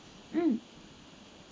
um